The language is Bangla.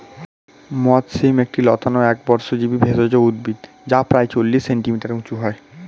মথ শিম একটি লতানো একবর্ষজীবি ভেষজ উদ্ভিদ যা প্রায় চল্লিশ সেন্টিমিটার উঁচু হয়